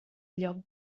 lloc